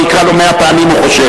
הוא חושב